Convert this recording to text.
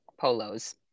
Polos